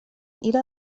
إلى